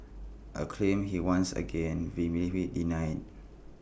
A claim he once again vehemently denied